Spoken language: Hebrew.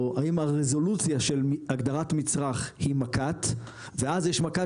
או האם הרזולוציה של הגדרת מצרך היא מק"ט ואז יש מק"ט